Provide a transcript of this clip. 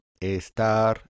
estar